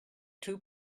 two